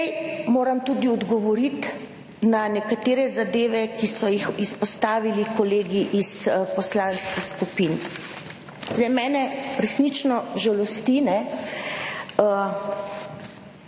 Zdaj moram tudi odgovoriti na nekatere zadeve, ki so jih izpostavili kolegi iz poslanskih skupin. Zdaj mene resnično žalosti